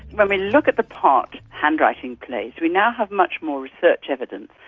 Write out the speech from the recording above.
when we look at the part handwriting plays, we now have much more research evidence,